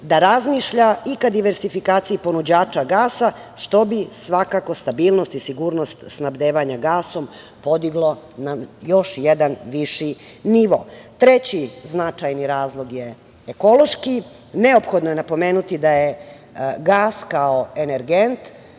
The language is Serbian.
da razmišlja i ka diversifikaciji ponuđača gasa, što bi svakako stabilnost i sigurnost snabdevanja gasom podiglo na još jedan viši nivo. Treći značajni razlog je ekološki. Neophodno je napomenuti da je gas kao energent